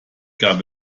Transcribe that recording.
gab